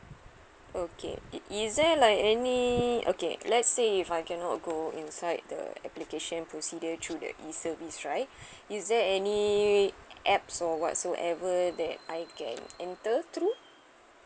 okay is is there like any okay let's say if I cannot go inside the application procedure through the E service right is there any app so whatsoever that I can enter through